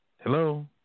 Hello